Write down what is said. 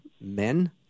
men